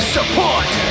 Support